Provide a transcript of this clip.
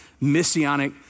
messianic